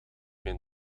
mijn